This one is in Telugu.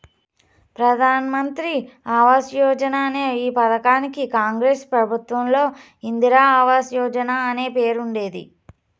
ప్రధాన్ మంత్రి ఆవాస్ యోజన అనే ఈ పథకానికి కాంగ్రెస్ ప్రభుత్వంలో ఇందిరా ఆవాస్ యోజన అనే పేరుండేది